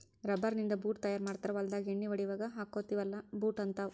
rubber ನಿಂದ boot ತಯಾರ ಮಾಡ್ತಾರ ಹೊಲದಾಗ ಎಣ್ಣಿ ಹೊಡಿಯುವಾಗ ಹಾಕ್ಕೊತೆವಿ ಅಲಾ ಬೂಟ ಹಂತಾವ